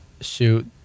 shoot